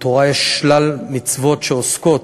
בתורה יש שלל מצוות שעוסקות,